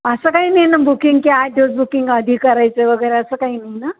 असं काही नाही ना बुकिंग की आठ दिवस बुकिंग आधी करायचं वगैरे असं काही नाही ना